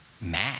mad